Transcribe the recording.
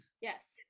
Yes